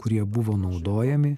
kurie buvo naudojami